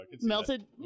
Melted